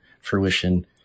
fruition